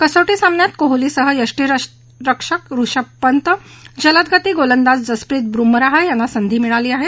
कसोटी सामन्यात कोहलीसह यष्टीरक्षक ऋषभ पंत आणि जलद गती गोंलदाज जसप्रीत बुमराह यांना संधी मिळाली आहे